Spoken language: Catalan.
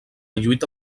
lluita